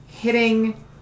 Hitting